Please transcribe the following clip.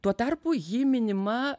tuo tarpu ji minima